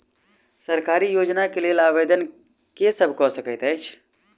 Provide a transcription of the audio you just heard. सरकारी योजना केँ लेल आवेदन केँ सब कऽ सकैत अछि?